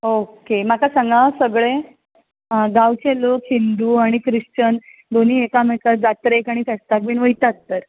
okay म्हाका सांगात सगळे अं गांवचे लोक हिंदू आनी क्रिश्चन दोनी एकामेकां जात्रेक आनी फेस्ताक बीन वयतात तर